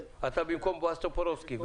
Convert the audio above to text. אתה במקום חבר הכנסת בועז טופורובסקי.